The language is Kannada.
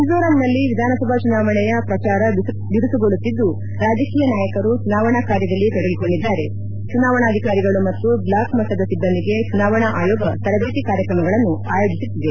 ಮಿಝೋರಾಂನಲ್ಲಿ ವಿಧಾನಸಭಾ ಚುನಾವಣೆಯ ಪ್ರಚಾರ ಬಿರುಸುಗೊಳ್ಳುತ್ತಿದ್ದು ರಾಜಕೀಯ ನಾಯಕರು ಚುನಾವಣಾ ಕಾರ್ಯದಲ್ಲಿ ತೊಡಗಿಕೊಂಡಿದ್ದಾರೆ ಚುನಾವಣಾಧಿಕಾರಿಗಳು ಮತ್ತು ಬ್ಲಾಕ್ ಮಟ್ಟದ ಸಿಬ್ಬಂದಿಗೆ ಚುನಾವಣಾ ಆಯೋಗ ತರಬೇತಿ ಕಾರ್ಯಕ್ರಮಗಳನ್ನು ಆಯೋಜಿಸುತ್ತಿದೆ